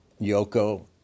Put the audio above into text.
Yoko